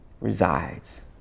resides